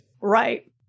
right